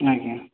ଆଜ୍ଞା